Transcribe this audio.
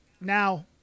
Now